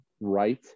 right